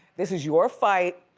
this is your fight.